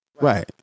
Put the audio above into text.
Right